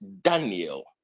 daniel